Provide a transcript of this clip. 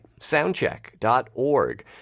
soundcheck.org